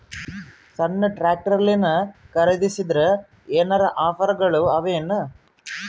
ಸಣ್ಣ ಟ್ರ್ಯಾಕ್ಟರ್ನಲ್ಲಿನ ಖರದಿಸಿದರ ಏನರ ಆಫರ್ ಗಳು ಅವಾಯೇನು?